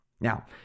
Now